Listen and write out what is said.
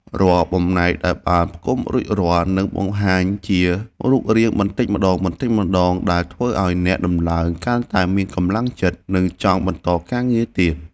រាល់បំណែកដែលបានផ្គុំរួចរាល់នឹងបង្ហាញជារូបរាងបន្តិចម្ដងៗដែលធ្វើឱ្យអ្នកដំឡើងកាន់តែមានកម្លាំងចិត្ត និងចង់បន្តការងារទៀត។